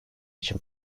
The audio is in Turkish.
için